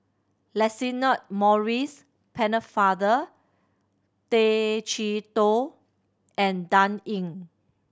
Lancelot Maurice Pennefather Tay Chee Toh and Dan Ying